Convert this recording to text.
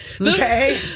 Okay